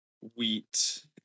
wheat